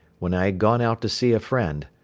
when i had gone out to see a friend,